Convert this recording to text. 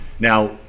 Now